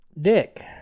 Dick